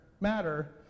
matter